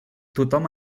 tothom